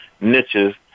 niches